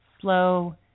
slow